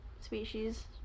species